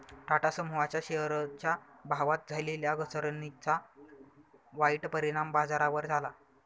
टाटा समूहाच्या शेअरच्या भावात झालेल्या घसरणीचा वाईट परिणाम बाजारावर झाला